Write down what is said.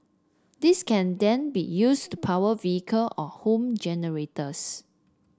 this can then be used to power vehicle or home generators